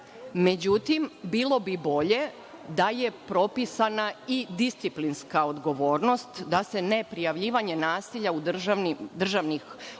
Međutim, bilo bi bolje da je propisana i disciplinska odgovornost, da se neprijavljivanje nasilja državnih organa